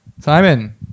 Simon